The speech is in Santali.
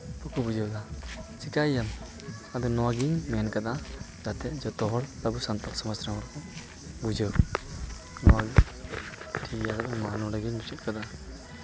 ᱵᱟᱠᱚ ᱵᱩᱡᱷᱟᱹᱣᱫᱟ ᱪᱮᱠᱟᱭᱭᱟᱢ ᱟᱫᱚ ᱱᱚᱣᱟ ᱜᱤᱧ ᱢᱮᱱ ᱠᱟᱫᱟ ᱡᱟᱛᱮ ᱡᱚᱛᱚ ᱦᱚᱲ ᱟᱵᱚ ᱥᱟᱱᱛᱟᱲ ᱥᱚᱢᱟᱡᱽ ᱨᱮᱱ ᱦᱚᱲ ᱵᱚᱱ ᱵᱩᱡᱷᱟᱹᱣ ᱱᱚᱣᱟᱜᱮ ᱱᱚᱰᱮ ᱜᱤᱧ ᱢᱩᱪᱟᱹᱫ ᱠᱟᱫᱟ